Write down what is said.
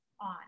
on